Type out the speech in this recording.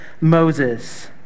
Moses